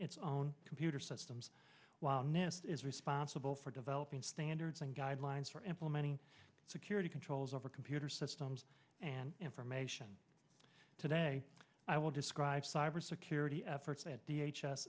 its own computer systems while nist is responsible for developing standards and guidelines for implementing security controls over computer systems and information today i will describe cyber security efforts at